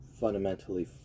fundamentally